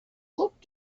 looked